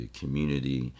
community